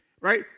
Right